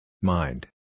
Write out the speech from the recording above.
Mind